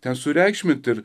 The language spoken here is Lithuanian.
ten sureikšmint ir